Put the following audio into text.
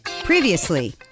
previously